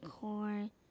corn